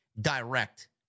direct